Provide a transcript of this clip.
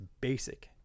basic